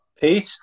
Pete